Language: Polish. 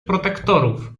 protektorów